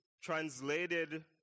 translated